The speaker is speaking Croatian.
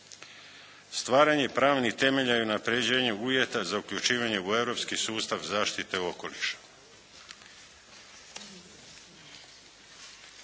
Stvaranje pravnih temelja i unapređenje uvjeta za uključivanje u europski sustav zaštite okoliša.